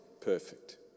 Perfect